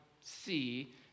see